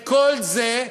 את כל זה,